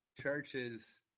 churches